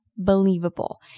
believable